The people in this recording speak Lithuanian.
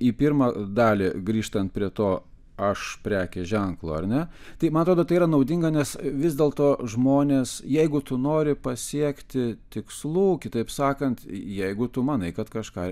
į pirmą dalį grįžtant prie to aš prekės ženklo ar ne tai man atrodo tai yra naudinga nes vis dėl to žmonės jeigu tu nori pasiekti tikslų kitaip sakant jeigu tu manai kad kažką